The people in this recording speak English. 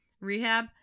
Rehab